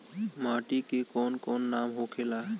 माटी के कौन कौन नाम होखे ला?